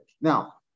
now